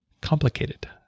complicated